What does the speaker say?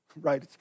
Right